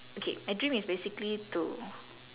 okay my dream is basically to